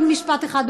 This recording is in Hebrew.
עוד משפט אחד,